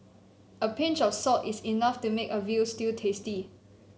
a pinch of salt is enough to make a veal stew tasty